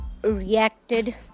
Reacted